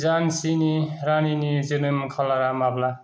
झानसिनि रानिनि जोनोम खालारा माब्ला